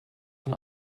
von